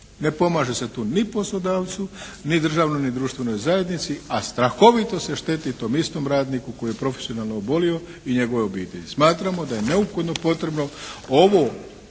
Ne pomaže se tu ni poslodavcu ni državnoj ni društvenoj zajednici, a strahovito se šteti tom istom radniku koji je profesionalno obolio i njegovoj obitelji. Smatramo da je neophodno potrebno ovu